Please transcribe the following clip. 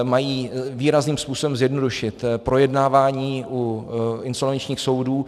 Mají výrazným způsobem zjednodušit projednávání u insolvenčních soudů.